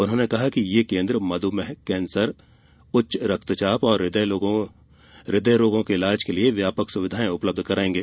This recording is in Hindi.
उन्होंने कहा कि ये केन्द्र मध्मेह कैंसर उच्च रक्तचाप और हृदय रोगों के इलाज के लिए व्यापक सुविधाएं उपलब्ध कराएंगे